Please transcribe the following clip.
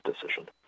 decision